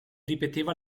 ripeteva